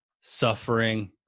suffering